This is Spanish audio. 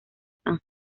san